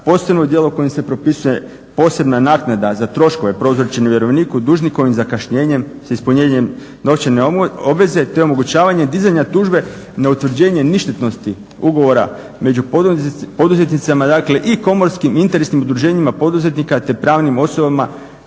postanu dijelom kojim se propisuje posebna naknada za troškove prouzročene vjerovniku dužnikovim zakašnjenjem s ispunjenjem novčane obveze, te omogućavanja dizanja tužbe na utvrđenje ništetnosti ugovora među poduzetnicima dakle i komorskim i interesnim udruženjima poduzetnika te pravnim osobama